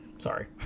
sorry